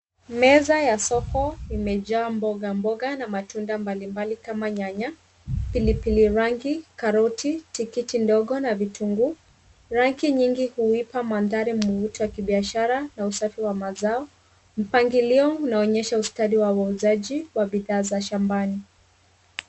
Meza ya soko imejaa mboga mboga na matunda mbalimbali kama nyanya, Pilipili rangi, karoti, tikiti ndogo na vitunguu. Rangi nyingi huipa mandhari mvuto wa kibiashara na usafi wa mazao. Mpangilio unaonyesha ustadi wa wauzaji wa bidhaa za shambani.